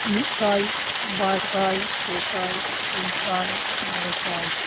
ᱢᱤᱫᱥᱟᱭ ᱵᱟᱨᱥᱟᱭ ᱯᱮᱥᱟᱭ ᱯᱩᱱᱥᱟᱭ ᱢᱚᱬᱮᱥᱟᱭ